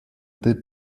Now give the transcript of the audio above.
did